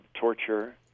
torture